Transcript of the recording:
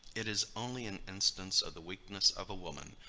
it is only an instance of the weakness of a woman,